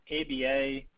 ABA